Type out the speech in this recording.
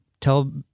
tell